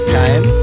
time